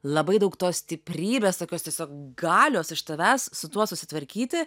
labai daug tos stiprybės tokios tiesiog galios iš tavęs su tuo susitvarkyti